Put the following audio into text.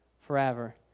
forever